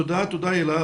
תודה הילה.